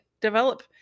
develop